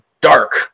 dark